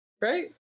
right